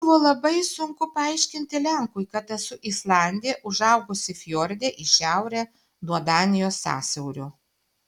buvo labai sunku paaiškinti lenkui kad esu islandė užaugusi fjorde į šiaurę nuo danijos sąsiaurio